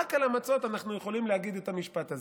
רק על המצות אנחנו יכולים להגיד את המשפט הזה.